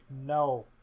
no